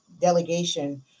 delegation